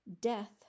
Death